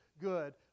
good